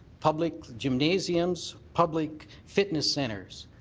public gymnasiums, public fitness centres.